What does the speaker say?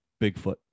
Bigfoot